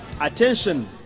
attention